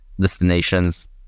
destinations